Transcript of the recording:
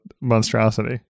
monstrosity